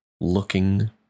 looking